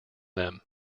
them